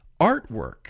artwork